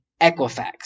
Equifax